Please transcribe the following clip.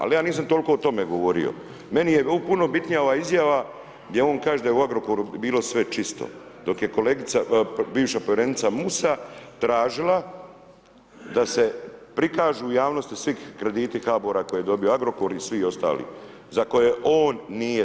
Ali, ja nisam toliko o tome govorio, meni je puno bitno ova izjava, gdje on kaže da je u Agrokoru bilo sve čisto, dok je kolegica, bivša povjerenica Musa tražila da se prikažu u javnosti svi krediti HBOR-a koje je dobio Agrokor i svi ostali, za koje on nije.